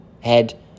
head